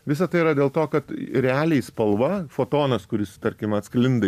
visa tai yra dėl to kad realiai spalva fotonas kuris tarkim atsklinda